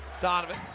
Donovan